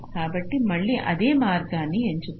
కాబట్టి మళ్ళీ అదే మార్గాన్ని ఎంచుకోండి